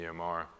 EMR